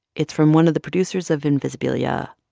it's from one of the producers of invisibilia,